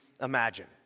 imagine